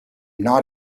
not